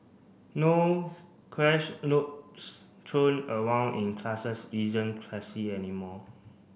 no crash notes thrown around in classes isn't classy anymore